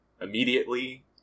immediately